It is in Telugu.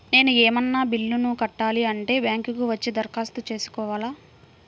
నేను ఏమన్నా బిల్లును కట్టాలి అంటే బ్యాంకు కు వచ్చి దరఖాస్తు పెట్టుకోవాలా?